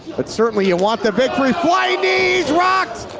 but certainly you want the victory. flying knees, rocked,